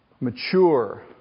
mature